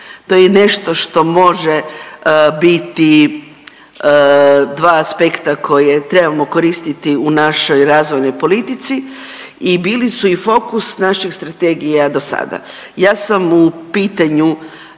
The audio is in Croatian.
To je nešto što može biti dva aspekta koja trebamo koristiti u našoj razvojnoj politici i bili su i fokus naših strategija dosada. Ja sam u pitanju